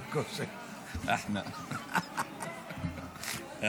על